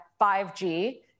5G